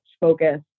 focus